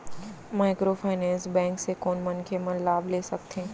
Microfinance bank से कोन मनखे मन लाभ ले सकथे?